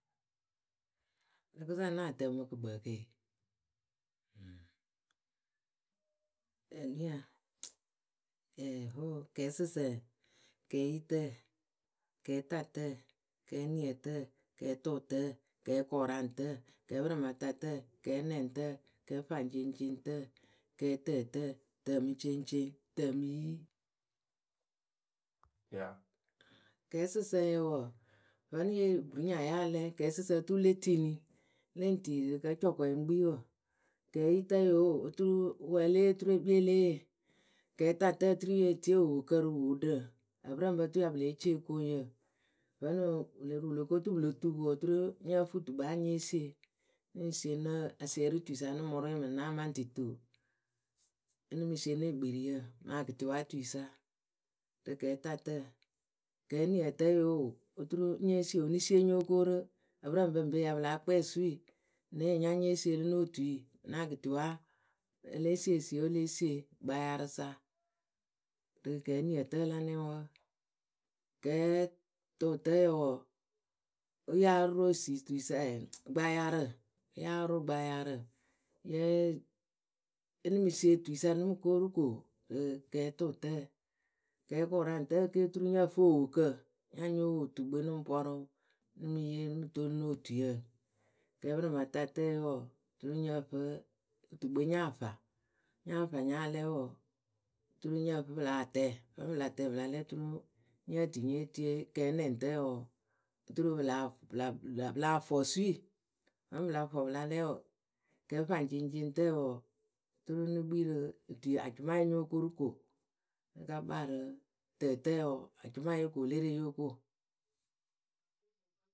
Rɨkɨsa nah tɛŋ wɨ mɨ kɨkpǝǝkee. Eɛ nuya, ɛɛ hoo, kɛɛsɨsǝŋ, kɛɛyitǝǝ. kɛɛtatǝǝ, kɛɛniǝtǝǝ. kɛɛtʊʊtǝǝ, kɛɛkʊraŋtǝǝ. kɛɛpɩrɩmatatǝǝ, kɛɛnɛŋtǝǝ, kɛɛfaŋceŋceŋtǝǝ. kɛɛtɛtɛɛ, tɛ mɨ ceŋceŋ, tǝ mɨ yi. tiawɛ. Kɛɛsɨsǝŋyǝ wɔɔ, vǝ́nɨ yée ri buinyaa ya lɛ, kɛɛsɨsǝŋ turu le tini Le ŋ tii mɨ kǝ́ cɔkɔŋɛŋ ŋ kpii wǝ kɛɛyitǝ yoo oturu wǝ e lée yee oturu ekpii e lée yee kɛɛtatǝyǝ oturu yeh tie owokǝ rɨ wooɖǝ, ǝpɨrɨŋpǝ oturu pɨ ya pɨ lée ce okoŋyǝ. Vǝ́nɨ wɨ lo ruu wɨ lo ko oturu pɨ lo tu ko oturu nyǝ fɨ tukpǝ a nyée sie Nɨ ŋ sie nɨ asiɛrɩtui sa nɨ ŋ mɨ rʊɩ mɨŋ na maŋtɩtu ǝ nɨŋ mɨ sie ne ekperiyǝ mɨ akɩtɩwaatuyǝ sa rɨ kɛɛtatǝǝ Kɛɛniǝtǝ yoo oturu nyée sie oo nɨ sie nyóo ko rɨrɨǝpɨrǝŋpǝ ŋpee pɨ ya pɨ láa kpɛŋ osui nee nya nyée sie rɨ no otui, na akɩtɩwa Elée sie esi oo, e lée sie gbaayaarɨ sa, rǝ kɛɛniǝtǝǝ la nɛŋ wǝǝ. Kɛɛ tʊʊtǝyǝ wɔɔ yáa rʊ esi tui sa ɛɛ, gbaayaarǝ, yáa rʊ gbaayaarǝ, yǝe e nɨ ŋ mɨ sie otui sa nɨ mɨ ko rɨ ko rɨ kɛɛtʊʊtǝǝ. Kɛɛkʊraŋtǝǝ ke oturu nyǝ fɨ owokǝ nya nyóo wo tukpǝ we nɨ ŋ pɔrʊ Nɨ mɨ yee nɨ mɨ toolu no otuyǝ, kɛɛpɨrɩmatatǝyǝ we wɔɔ turu nyǝ fɨ, tukpǝ we nya fa, nya fa nya lɛɛ wɔɔ turu nyǝ fɨ pɨ lah tɛɛ, vǝ́ pɨ la tɛɛ pɨ la lɛ oturu nyɨ nyǝ tɨ nye tie kɛɛnɛŋtǝǝ wɔɔ oturu pɨ lah pɨ la pɨ lah fɔ sui vǝ́ pɨ la fɔ pɨ la lɛ wɔɔ kɛɛfaŋceŋceŋtǝǝ wɔɔ oturu nɨ kpii rɨ otui acʊma nyóo ko rɨ ko Fɨ ka kpaa rɨ tǝtǝyǝ wɔɔ acʊmaye ko le re yóo ko.